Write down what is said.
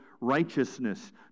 righteousness